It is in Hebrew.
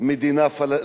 מדינה פלסטינית.